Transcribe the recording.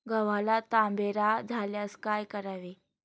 गव्हाला तांबेरा झाल्यास काय करावे?